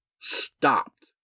stopped